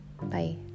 bye